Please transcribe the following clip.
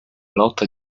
lotta